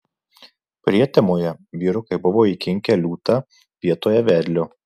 prietemoje vyrukai buvo įkinkę liūtą vietoje vedlio